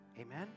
Amen